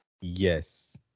yes